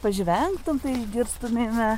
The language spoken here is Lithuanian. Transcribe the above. pažvengtum tai išgirstumėme